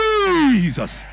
Jesus